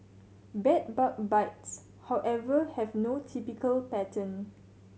bed bug bites however have no typical pattern